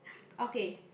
okay